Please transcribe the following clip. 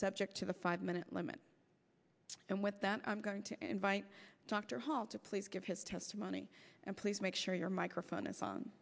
subject to the five minute limit and with that i'm going to invite dr hall to please give his testimony and please make sure your microphone is on